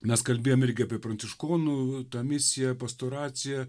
mes kalbėjom irgi apie pranciškonų tą misiją pastoraciją